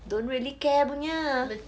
don't really care punya